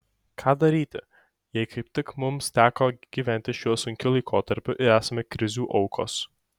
ką daryti jei kaip tik mums teko gyventi šiuo sunkiu laikotarpiu ir esame krizių aukos